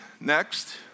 Next